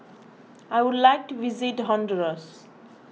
I would like to visit Honduras